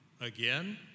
Again